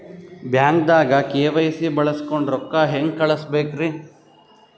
ಬ್ಯಾಂಕ್ದಾಗ ಕೆ.ವೈ.ಸಿ ಬಳಸ್ಕೊಂಡ್ ರೊಕ್ಕ ಹೆಂಗ್ ಕಳಸ್ ಬೇಕ್ರಿ?